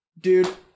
dude